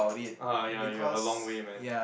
uh ya you have a long way man